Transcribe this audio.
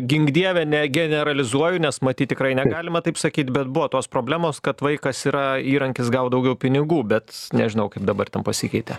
gink dieve ne generalizuoju nes matyt tikrai negalima taip sakyt bet buvo tos problemos kad vaikas yra įrankis gaut daugiau pinigų bet nežinau kaip dabar ten pasikeitė